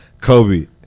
Kobe